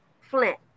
Flint